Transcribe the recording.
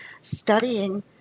studying